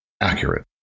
accurate